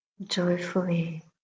joyfully